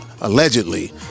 allegedly